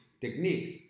techniques